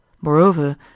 Moreover